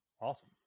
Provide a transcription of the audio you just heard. Awesome